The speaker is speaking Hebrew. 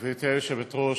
גברתי היושבת-ראש,